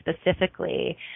specifically